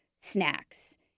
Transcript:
Snacks